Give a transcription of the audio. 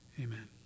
Amen